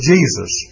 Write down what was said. Jesus